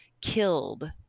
killed